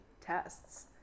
tests